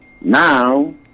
Now